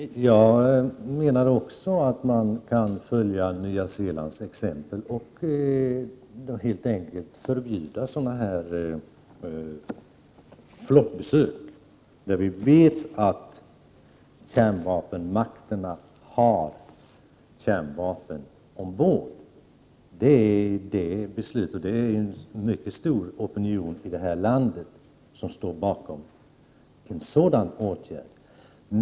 Herr talman! Jag menar också att man kan följa Nya Zeelands exempel och helt enkelt förbjuda sådana flottbesök från kärnvapenmakterna där vi vet att det finns kärnvapen ombord. En mycket stor opinion i det här landet skulle stå bakom en sådan åtgärd.